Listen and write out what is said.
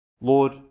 Lord